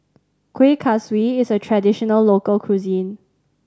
Kuih Kaswi is a traditional local cuisine